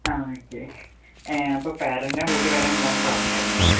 ആ ഓക്കെ അപ്പോൾ പാരൻറ്റിനെ കൂട്ടി വരാൻ മോൻ പറഞ്ഞായിരുന്നു